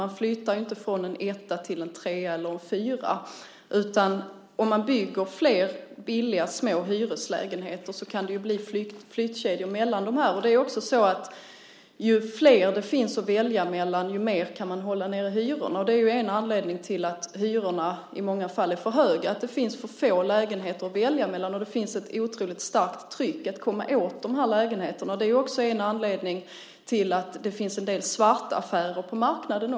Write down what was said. Man flyttar inte från en etta till en trea eller fyra, men om det byggs flera billiga, små hyreslägenheter kan det bli flyttkedjor mellan dem. Ju flera det finns att välja bland, desto mer kan man också hålla nere hyrorna. En anledning till att hyrorna i många fall är för höga är ju att det finns för få lägenheter att välja mellan och ett otroligt starkt tryck att komma åt dessa lägenheter. Det är också en anledning till att det finns en del svartaffärer på marknaden.